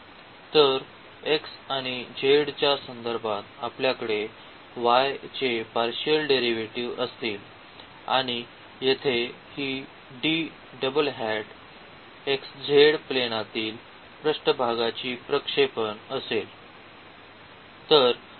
तर x आणि z च्या संदर्भात आपल्याकडे y चे पार्शिअल डेरिव्हेटिव्ह असतील आणि येथे ही D डबल हॅट xz प्लेनातील पृष्ठभागाची प्रक्षेपण असेल